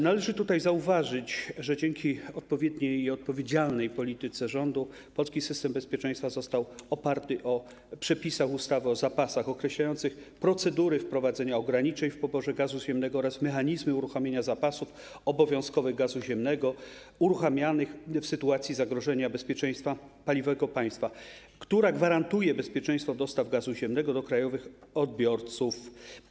Należy zauważyć, że dzięki odpowiedniej i odpowiedzialnej polityce rządu polski system bezpieczeństwa został oparty na przepisach ustawy o zapasach, określających procedury wprowadzenia ograniczeń w poborze gazu ziemnego oraz mechanizmy uruchomienia zapasów obowiązkowych gazu ziemnego w sytuacji zagrożenia bezpieczeństwa paliwowego państwa, które gwarantują bezpieczeństwo dostaw gazu ziemnego do krajowych odbiorców.